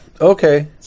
Okay